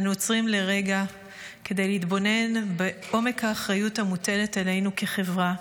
אנו עוצרים לרגע כדי להתבונן בעומק האחריות המוטלת עלינו כחברה.